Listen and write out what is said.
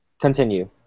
Continue